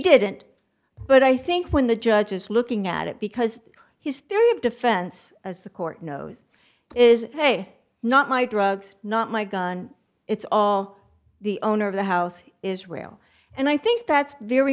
didn't but i think when the judge is looking at it because his theory of defense as the court knows is hey not my drugs not my gun it's all the owner of the house israel and i think that's very